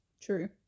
True